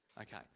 Okay